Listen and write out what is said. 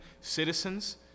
Citizens